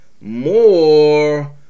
More